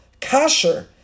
kasher